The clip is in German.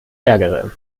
ärgere